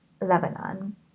Lebanon